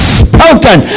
spoken